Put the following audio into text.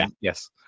yes